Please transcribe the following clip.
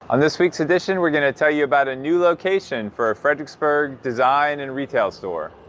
on this week's edition we're going to tell you about a new location for a fredericksburg design and retail store.